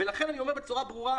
ולכן אני אומר בצורה ברורה,